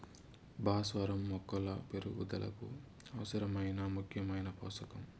భాస్వరం మొక్కల పెరుగుదలకు అవసరమైన ముఖ్యమైన పోషకం